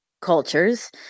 cultures